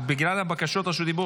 בקשות רשות הדיבור,